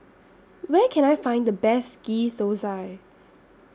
Where Can I Find The Best Ghee Thosai